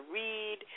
read